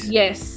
yes